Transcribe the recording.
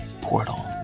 portal